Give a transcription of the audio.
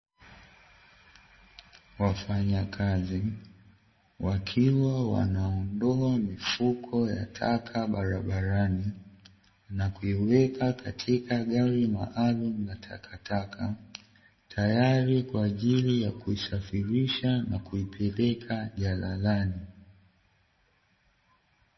Wafanyakazi wakiwa wanaondoa mifuko ya taka barabarani, na kuiweka katika gari maalumu la takataka, tayari kwa ajili ya kuisafirisha na kuipeleka jalalani.